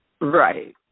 Right